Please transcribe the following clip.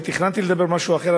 אני תכננתי לדבר על משהו אחר,